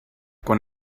quan